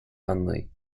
hunley